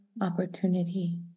opportunity